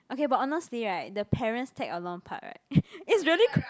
okay but honestly right the parents tag along part right is really